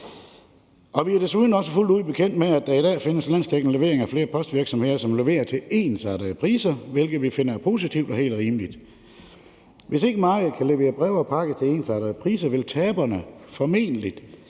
Vi er desuden også fuldt ud bekendt med, at der i dag findes landsdækkende leveringer foretaget af flere postvirksomheder, som leverer til ensartede priser, hvilket vi finder positivt og helt rimeligt. Hvis ikke markedet kan levere breve og pakker til ensartede priser, vil taberne formentlig